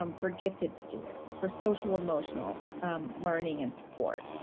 um for gifted students, for social emotional learning and support.